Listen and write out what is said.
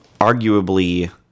arguably